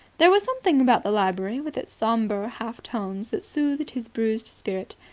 there was something about the library with its sombre half tones that soothed his bruised spirit.